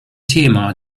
thema